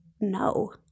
No